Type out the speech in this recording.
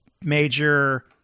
major